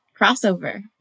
crossover